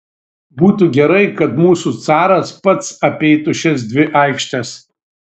būtų gerai kad ir mūsų caras pats apeitų šias dvi aikštes